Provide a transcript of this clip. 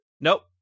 Nope